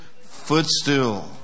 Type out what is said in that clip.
footstool